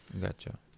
gotcha